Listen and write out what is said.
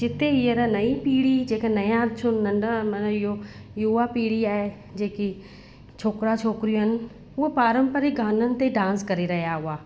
जिते हीअंर नई पीढ़ी जेका नया छो नंढा माना इहो युवा पीढ़ी आहे जेकी छोकिरा छोकिरियूं आहिनि हूअ पारंपरिक गाननि ते डांस करे रहिया हुआ